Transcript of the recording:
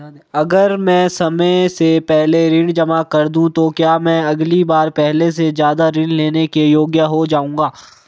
अगर मैं समय से पहले ऋण जमा कर दूं तो क्या मैं अगली बार पहले से ज़्यादा ऋण लेने के योग्य हो जाऊँगा?